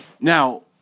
now